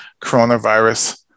coronavirus